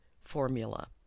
formula